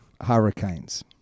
Hurricanes